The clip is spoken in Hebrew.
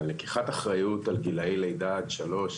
לקיחת אחריות על גילאי לידה עד שלוש